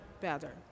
better